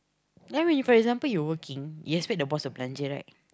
then when you for example you working you expect the boss to blanjah right